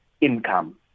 income